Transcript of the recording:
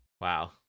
Wow